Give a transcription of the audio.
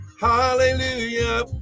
Hallelujah